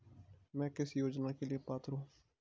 मैं किस योजना के लिए पात्र हूँ?